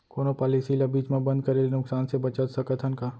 कोनो पॉलिसी ला बीच मा बंद करे ले नुकसान से बचत सकत हन का?